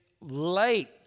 late